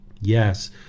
yes